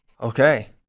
Okay